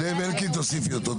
זאב אלקין, תוסיפי אותו.